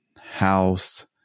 house